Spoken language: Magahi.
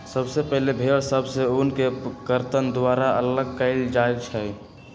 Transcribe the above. सबसे पहिले भेड़ सभ से ऊन के कर्तन द्वारा अल्लग कएल जाइ छइ